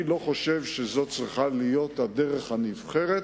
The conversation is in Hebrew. אני לא חושב שזו צריכה להיות הדרך הנבחרת,